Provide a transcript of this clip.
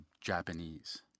japanese